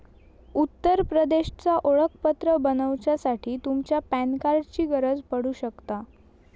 उत्तर प्रदेशचा ओळखपत्र बनवच्यासाठी तुमच्या पॅन कार्डाची गरज पडू शकता